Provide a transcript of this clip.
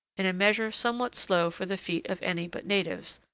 in a measure somewhat slow for the feet of any but natives,